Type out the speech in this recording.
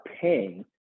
paying